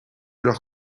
leur